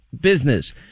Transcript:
business